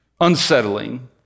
unsettling